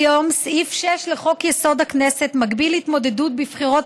כיום סעיף 6 לחוק-יסוד: הכנסת מגביל התמודדות בבחירות